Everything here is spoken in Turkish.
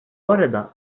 arada